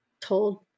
told